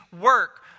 work